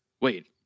wait